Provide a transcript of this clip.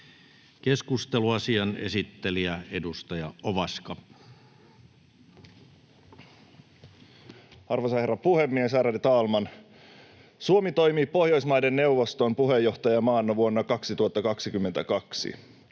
Keskustelu, asian esittelijä, edustaja Ovaska. Arvoisa herra puhemies, ärade talman! Suomi toimi Pohjoismaiden neuvoston puheenjohtajamaana vuonna 2022.